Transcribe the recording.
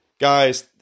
guys